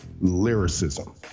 lyricism